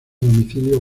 domicilio